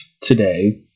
today